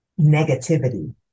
negativity